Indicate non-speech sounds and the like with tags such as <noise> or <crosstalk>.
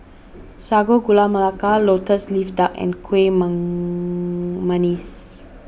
Sago Gula Melaka Lotus Leaf Duck and Kueh <unintelligible> Manggis